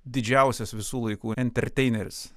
didžiausias visų laikų enterteineris